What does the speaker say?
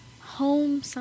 Home